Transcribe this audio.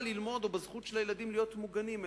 ללמוד או בזכות של הילדים להיות מוגנים,